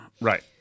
right